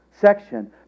section